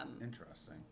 Interesting